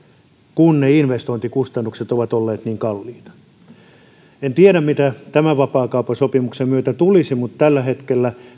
kun ne investointikustannukset ovat olleet niin kalliita en tiedä mitä tämän vapaakauppasopimuksen myötä tulisi mutta tällä hetkellä